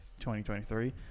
2023